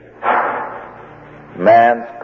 man's